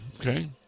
Okay